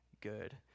good